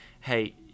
hey